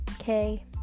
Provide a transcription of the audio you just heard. okay